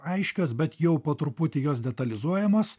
aiškios bet jau po truputį jos detalizuojamos